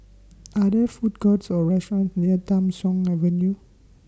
Are There Food Courts Or restaurants near Tham Soong Avenue